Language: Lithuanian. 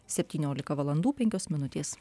septyniolika valandų penkios minutės